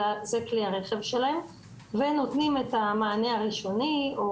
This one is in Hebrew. אלא כי זה כלי הרכב שלהם ונותנים את המענה הראשוני או